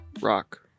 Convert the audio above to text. Rock